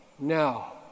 Now